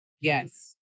Yes